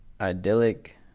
idyllic